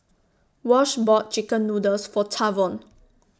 Wash bought Chicken Noodles For Tavon